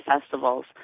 festivals